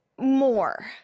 More